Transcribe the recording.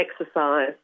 exercise